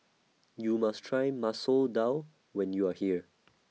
YOU must Try Masoor Dal when YOU Are here